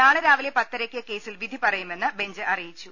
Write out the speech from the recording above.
നാളെ രാവിലെ പത്തരയ്ക്ക് കേസിൽ വിധി പറയുമെന്ന് ബെഞ്ച് അറിയിച്ചു